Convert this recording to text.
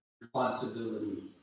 responsibility